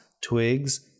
twigs